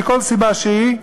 מכל סיבה שהיא,